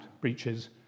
breaches